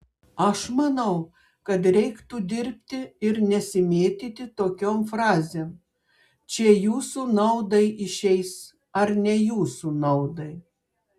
aš manau kad reiktų dirbti ir nesimėtyti tokiom frazėm čia jūsų naudai išeis ar ne jūsų naudai